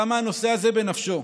כמה הנושא הזה בנפשו.